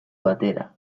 batera